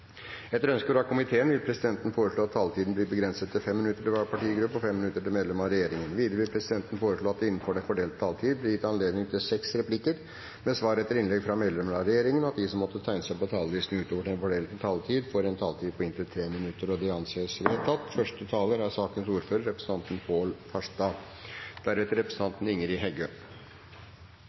Etter ønske fra energi- og miljøkomiteen vil presidenten foreslå at taletiden blir begrenset til 5 minutter til hver partigruppe og 5 minutter til medlem av regjeringen. Videre vil presidenten foreslå at det – innenfor den fordelte taletid – blir gitt anledning til seks replikker med svar etter innlegg fra medlemmer av regjeringen, og at de som måtte tegne seg på talerlisten utover den fordelte taletid, får en taletid på inntil 3 minutter. – Det anses vedtatt. Først vil jeg takke komiteen for godt samarbeid i en viktig sak. Det er